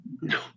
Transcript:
No